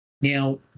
Now